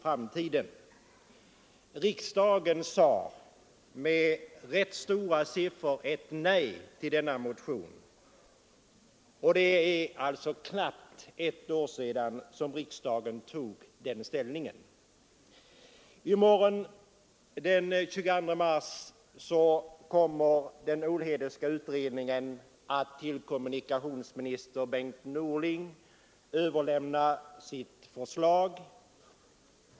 Riksdagen sade med ganska stor majoritet nej till denna motion, och det är alltså knappt ett år sedan riksdagen tog den ställningen. I morgon, den 22 mars, kommer den Olhedeska utredningen att till kommunikationsminister Bengt Norling överlämna sitt förslag.